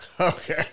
Okay